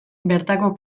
bertako